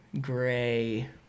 gray